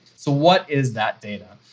so what is that data?